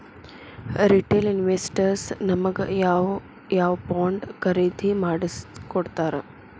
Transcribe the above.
Retail investors ನಮಗ್ ಯಾವ್ ಯಾವಬಾಂಡ್ ಖರೇದಿ ಮಾಡ್ಸಿಕೊಡ್ತಾರ?